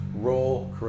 Roll